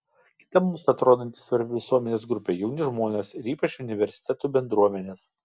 kita mums atrodanti svarbi visuomenės grupė jauni žmonės ir ypač universitetų bendruomenės